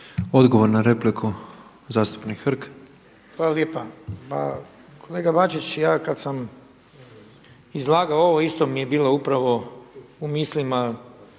Odgovor na repliku, zastupnik Hrg. **Hrg, Branko (HDS)** Hvala lijepa. Pa kolega Bačić ja kada sam izlagao ovo isto mi je bilo upravo u mislima